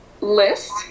list